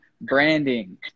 branding